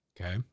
Okay